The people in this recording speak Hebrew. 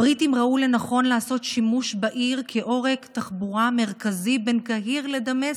הבריטים ראו לנכון לעשות שימוש בעיר כעורק תחבורה מרכזי בין קהיר לדמשק,